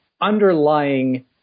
underlying